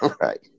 Right